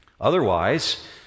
Otherwise